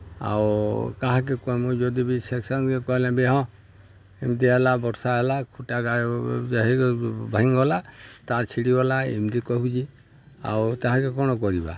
ଆଉ କାହାକେ କହେମୁ ଯଦି ବି ସେକ୍ସନ୍କେ କହେଲେ ବି ହଁ ଏମିତି ହେଲା ବର୍ଷା ହେଲା ଖୁଟା ଡାହି ଭାଙ୍ଗିଗଲା ତାର୍ ଛିଡ଼ିଗଲା ଏନ୍ତି କହୁଛେ ଆଉ ତାହାକେ କ'ଣ କରିବା